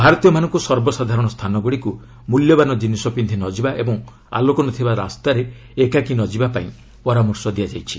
ଭାରତୀୟମାନଙ୍କୁ ସର୍ବସାଧାରଣ ସ୍ଥାନ ଗୁଡ଼ିକୁ ମୂଲ୍ୟବାନ ଜିନିଷ ପିନ୍ଧି ନଯିବା ଓ ଆଲୋକନଥିବା ରାସ୍ତାରେ ଏକାକୀ ନଯିବା ପାଇଁ ପରାମର୍ଶ ଦିଆଯାଇଛି